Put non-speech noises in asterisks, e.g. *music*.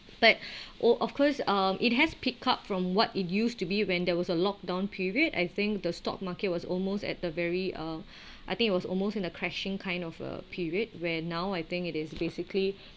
but *breath* oh of course um it has picked up from what it used to be when there was a lockdown period I think the stock market was almost at the very uh *breath* I think it was almost in the crashing kind of a period where now I think it is basically